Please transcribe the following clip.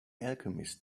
alchemist